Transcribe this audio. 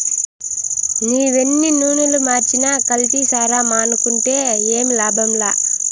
నీవెన్ని నూనలు మార్చినా కల్తీసారా మానుకుంటే ఏమి లాభంలా